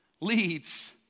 leads